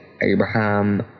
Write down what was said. Abraham